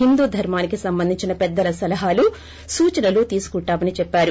హిందూ ధర్మానికి సంబంధించిన పెద్దల సలహాలు సూచనలు తీసుకుంటామని చెప్పారు